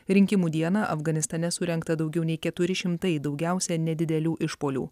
rinkimų dieną afganistane surengta daugiau nei keturi šimtai daugiausia nedidelių išpuolių